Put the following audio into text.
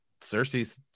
Cersei's